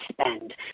spend